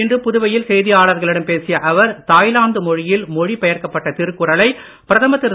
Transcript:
இன்று புதுவையில் செய்தியாளர்களிடம் பேசிய அவர் தாய்லாந்து மொழியில் மொழி பெயர்க்கப்பட்ட திருக்குறளை பிரதமர் திரு